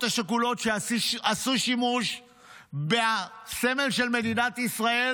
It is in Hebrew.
השכולות שעשו שימוש בסמל של מדינת ישראל,